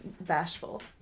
bashful